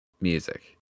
music